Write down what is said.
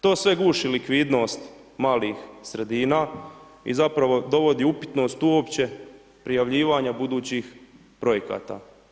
To sve guši likvidnost malih sredina i zapravo dovodi upitnost uopće prijavljivanja budućih projekata.